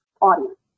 audience